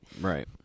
Right